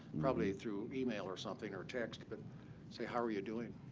probably through email or something or text, but say how are you doing.